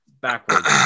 backwards